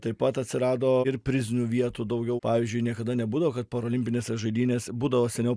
taip pat atsirado ir prizinių vietų daugiau pavyzdžiui niekada nebūdavo kad parolimpinės žaidynės būdavo seniau